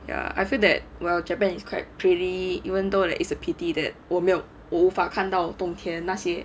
ya I feel that while japan is quite pretty even though it is a pity that 我没有我无法看到冬天那些